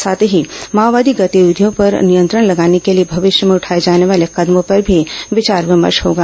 साथ ही माओवादी गतिविधियों पर नियंत्रण लगाने के लिए भविष्य में उठाए जाने वाले कदमों पर भी विचार विमर्श होगा